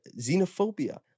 xenophobia